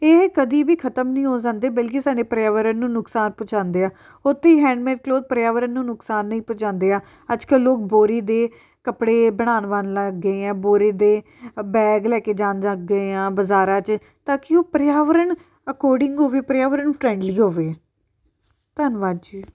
ਇਹ ਕਦੀ ਵੀ ਖ਼ਤਮ ਨਹੀਂ ਹੋ ਜਾਂਦੇ ਬਲਕਿ ਸਾਡੇ ਪਰਿਆਵਰਨ ਨੂੰ ਨੁਕਸਾਨ ਪਹੁੰਚਾਉਂਦੇ ਆ ਉੱਥੇ ਹੀ ਹੈਂਡਮੇਡ ਕਲੋਥ ਪਰਿਆਵਰਨ ਨੂੰ ਨੁਕਸਾਨ ਨਹੀਂ ਪਹੁੰਚਾਉਂਦੇ ਆ ਅੱਜ ਕੱਲ੍ਹ ਲੋਕ ਬੋਰੀ ਦੇ ਕੱਪੜੇ ਬਣਾਉਣ ਵੱਲ ਲੱਗ ਗਏ ਆ ਬੋਰੀ ਦੇ ਅ ਬੈਗ ਲੈ ਕੇ ਜਾਣ ਲੱਗ ਗਏ ਆ ਬਾਜ਼ਾਰਾਂ 'ਚ ਤਾਂ ਕਿ ਉਹ ਪਰਿਆਵਰਨ ਅਕੋਰਡਿੰਗ ਹੋਵੇ ਪਰਿਆਵਰਨ ਫਰੈਂਡਲੀ ਹੋਵੇ ਧੰਨਵਾਦ ਜੀ